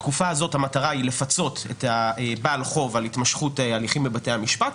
בתקופה הזאת המטרה היא לפצות את בעל החוב על התמשכות הליכים בבתי המשפט,